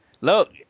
Look